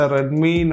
Redmi